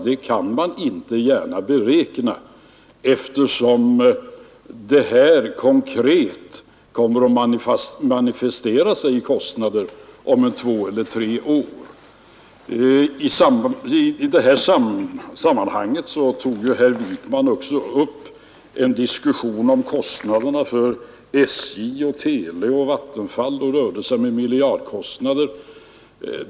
Dessa kan man inte gärna beräkna, eftersom besluten konkret kommer att manifestera sig i kostnader om två eller tre år. I detta sammanhang tog herr Wijkman också upp en diskussion om kostnaderna för SJ och televerket och Vattenfall och rörde sig med miljardkostnader.